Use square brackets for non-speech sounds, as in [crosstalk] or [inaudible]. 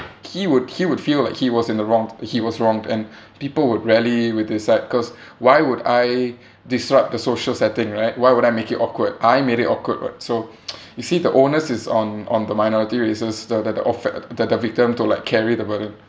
he would he would feel like he was in the wrong he was wronged and people would rally with his side because why would I disrupt the social setting right why would I make it awkward I made it awkward [what] so [noise] you see the onus is on on the minority races the the the offe~ the the victim to like carry the burden